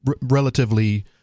relatively